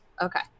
Okay